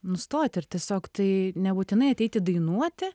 nustoti ir tiesiog tai nebūtinai ateiti dainuoti